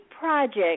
project